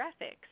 graphics